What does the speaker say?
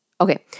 Okay